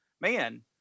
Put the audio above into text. man